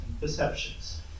perceptions